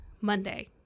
Monday